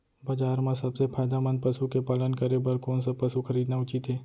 बजार म सबसे फायदामंद पसु के पालन करे बर कोन स पसु खरीदना उचित हे?